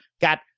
Got